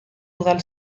udal